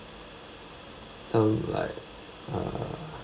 some like uh